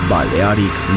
Balearic